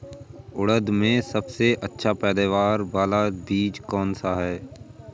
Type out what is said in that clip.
उड़द में सबसे अच्छा पैदावार वाला बीज कौन सा है?